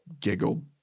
giggled